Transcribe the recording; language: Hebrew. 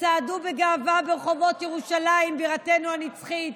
וצעדו בגאווה ברחובות ירושלים בירתנו הנצחית